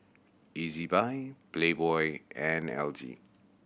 Ezbuy Playboy and L G